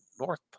North